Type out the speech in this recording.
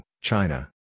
China